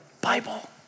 Bible